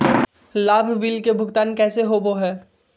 लाभ बिल के भुगतान कैसे होबो हैं?